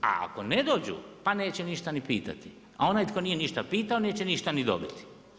A ako ne dođu pa neće ništa ni pitati, a onaj tko ništa nije ni pitao neće ništa ni dobiti.